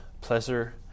pleasure